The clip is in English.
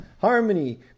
harmony